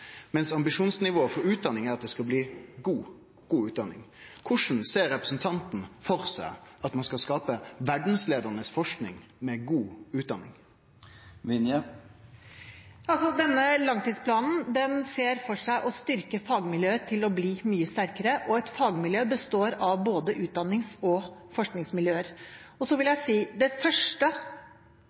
mens ambisjonsnivået for utdanning er at det skal bli god utdanning. Korleis ser representanten for seg at ein skal skape verdsleiande forsking med god utdanning? Denne langtidsplanen ser for seg å styrke fagmiljøer til å bli mye sterkere, og et fagmiljø består av både utdannings- og forskningsmiljøer. Så vil jeg si: Det første